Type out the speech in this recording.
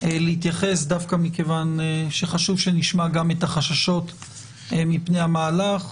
להתייחס דווקא מכיוון שחשוב שנשמע גם את החששות מפני המהלך,